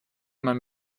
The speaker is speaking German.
man